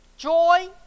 joy